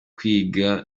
kwiga